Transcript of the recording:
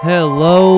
Hello